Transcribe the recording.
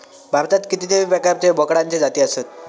भारतात कितीतरी प्रकारचे बोकडांचे जाती आसत